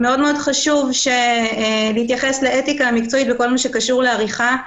מאוד חשוב להתייחס לאתיקה המקצועית בכל מה שקשור לעריכה.